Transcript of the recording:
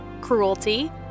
cruelty